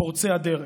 פורצי הדרך.